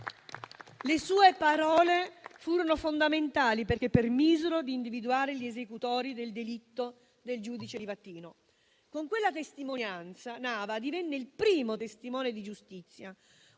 Le sue parole furono fondamentali, perché permisero di individuare gli esecutori del delitto del giudice Livatino. Con quella testimonianza Nava divenne il primo testimone di giustizia,